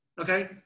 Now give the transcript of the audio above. Okay